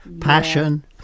Passion